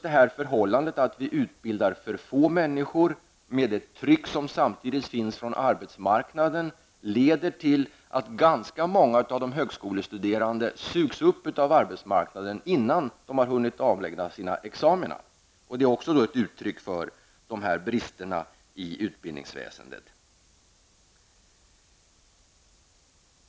Det förhållandet att vi utbildar för få människor, med det tryck som samtidigt finns från arbetsmarknaden, leder till att ganska många av de högskolestuderande sugs upp av arbetsmarknaden innan de har hunnit avlägga sina examina. Detta är också ett uttryck för bristerna i utbildningsväsendet.